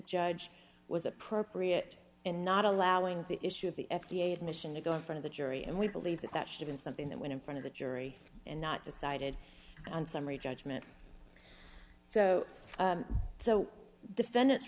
judge was appropriate in not allowing the issue of the f d a admission to go in front of a jury and we believe that that should been something that went in front of the jury and not decided on summary judgment so so defendants